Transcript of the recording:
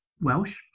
Welsh